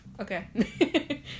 Okay